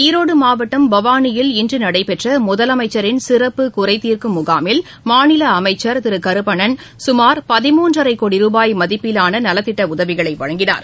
ஈரோடு மாவட்டம் பவானியில் இன்று நடைபெற்ற முதலமைச்சின் சிறப்பு குறைதீர்க்கும் முகாமில் மாநில அமைச்சர் திரு கருப்பண்ணன் சுமார் பதிமூன்றரை கோடி ரூபாய் மதிப்பிலான நலத்திட்ட உதவிகளை வழங்கினா்